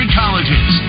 colleges